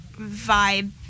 vibe